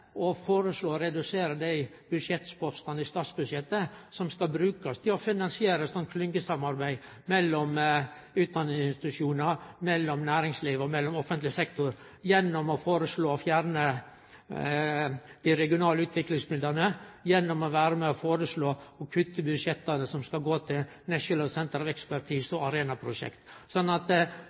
foreslå å redusere dei budsjettpostane i statsbudsjettet som skal brukast til å finansiere eit slikt klyngesamarbeid mellom utdanningsinstitusjonar, næringsliv og offentleg sektor gjennom å fjerne dei regionale utviklingsmidlane og gjennom å vere med på å kutte dei budsjetta som skal gå til National Centres of Expertise og